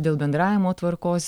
dėl bendravimo tvarkos